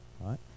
right